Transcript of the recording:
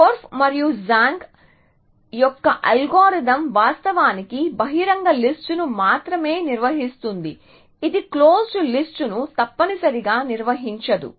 Korf మరియు Zhang యొక్క algorithm వాస్తవానికి బహిరంగ లిస్ట్ ను మాత్రమే నిర్వహిస్తుంది ఇది క్లోస్డ్ లిస్ట్ ను తప్పనిసరిగా నిర్వహించదు